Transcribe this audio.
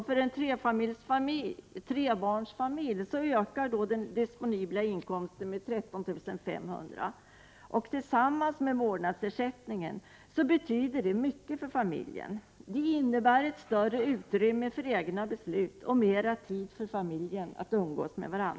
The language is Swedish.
För en trebarnsfamilj ökar då den disponibla inkomsten med 13 500 kr. per år. Tillsammans med vårdnadsersättningen betyder det mycket för familjen. Det innebär ett större utrymme för egna beslut och mera tid för familjen att umgås.